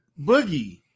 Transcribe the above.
Boogie